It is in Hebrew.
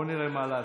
בואו נראה מה לעשות.